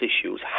issues